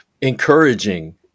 encouraging